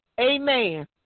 Amen